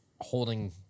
holding